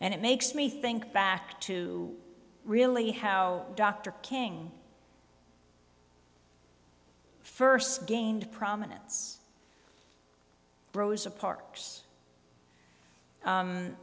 and it makes me think back to really how dr king first gained prominence rosa parks